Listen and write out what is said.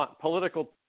political